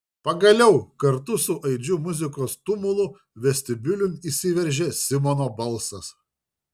pagaliau kartu su aidžiu muzikos tumulu vestibiulin įsiveržė simono balsas